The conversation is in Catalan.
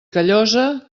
callosa